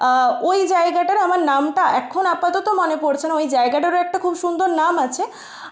ওই জায়গাটার আমার নামটা এখন আপাতত মনে পড়ছে না ওই জায়গাটারও একটা খুব সুন্দর নাম আছে